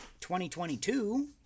2022